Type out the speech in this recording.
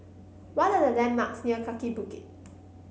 what are the landmarks near Kaki Bukit